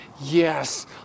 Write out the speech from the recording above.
Yes